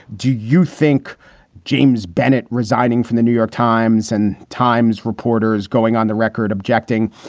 do you think james bennett resigning from the new york times and time's reporters going on the record objecting?